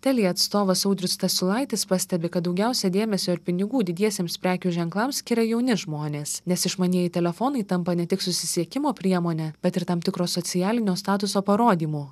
telia atstovas audrius stasiulaitis pastebi kad daugiausia dėmesio ir pinigų didiesiems prekių ženklams skiria jauni žmonės nes išmanieji telefonai tampa ne tik susisiekimo priemone bet ir tam tikro socialinio statuso parodymu